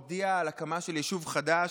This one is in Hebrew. הודיעה על הקמה של יישוב חדש,